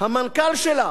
לא להקים